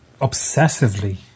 obsessively